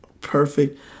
Perfect